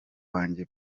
wanjye